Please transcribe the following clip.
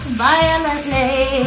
violently